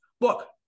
Look